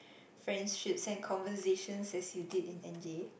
friendships and conversations as you did in N_J